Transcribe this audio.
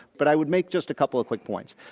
but i would make just a couple of quick points.